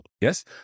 Yes